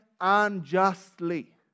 unjustly